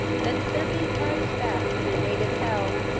then send these hags back to their native hell,